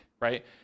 right